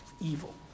evil